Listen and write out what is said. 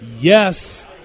Yes